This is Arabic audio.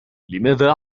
لماذا